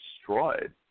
destroyed